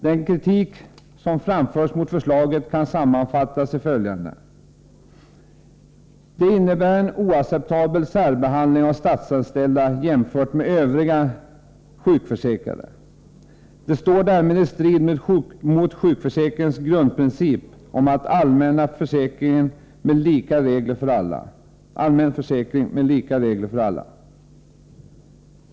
Den kritik som framförts mot förslaget kan sammanfattas i följande: Det innebär en oacceptabel särbehandling av statsanställda jämfört med övriga sjukförsäkrade. Det står därmed i strid mot sjukförsäkringens grundprincip om en allmän försäkring med lika regler för alla.